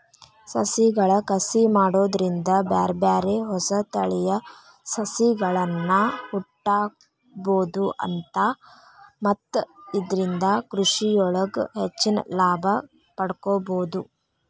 ಸಸಿಗಳ ಕಸಿ ಮಾಡೋದ್ರಿಂದ ಬ್ಯಾರ್ಬ್ಯಾರೇ ಹೊಸ ತಳಿಯ ಸಸಿಗಳ್ಳನ ಹುಟ್ಟಾಕ್ಬೋದು ಮತ್ತ ಇದ್ರಿಂದ ಕೃಷಿಯೊಳಗ ಹೆಚ್ಚಿನ ಲಾಭ ಪಡ್ಕೋಬೋದು